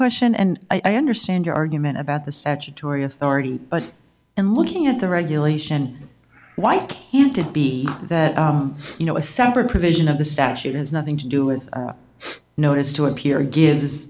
question and i understand your argument about the statutory authority but and looking at the regulation why can't it be that you know a separate provision of the statute has nothing to do with a notice to appear or give his